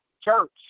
church